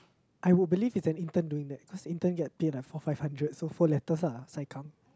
I will believe is an intern doing that cause intern get pay like four five hundreds so four letters lah side come